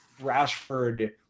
Rashford